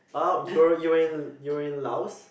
oh you're you're in you're in Laos